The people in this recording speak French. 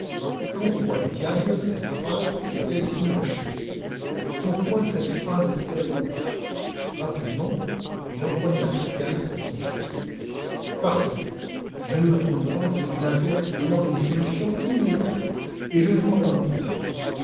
pourquoi diable cette phrase est-elle inachevée pourquoi cette phrase est-elle rapidement il empoigna sa canne et son chapeau partons si je ne me trompe pas c'est une affaire qui demande une solution immédiate et je ne crois pas me tromper